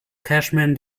cashman